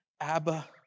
Abba